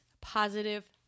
positive